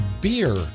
beer